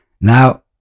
Now